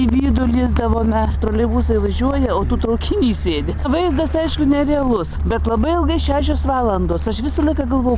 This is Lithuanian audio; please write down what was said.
į vidų lįsdavome troleibusai važiuoja o tu traukiny sėdi vaizdas aišku nerealus bet labai ilgai šešios valandos aš visą laiką galvoju